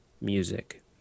music